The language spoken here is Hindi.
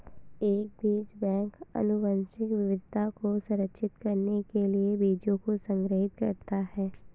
एक बीज बैंक आनुवंशिक विविधता को संरक्षित करने के लिए बीजों को संग्रहीत करता है